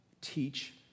teach